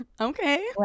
okay